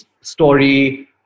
story